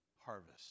harvest